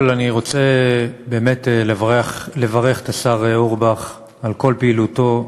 אני רוצה באמת לברך את השר אורבך על כל פעילותו,